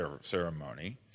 ceremony